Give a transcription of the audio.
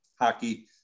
hockey